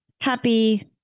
Happy